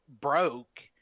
broke